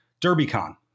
DerbyCon